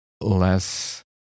less